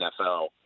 NFL